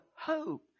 hope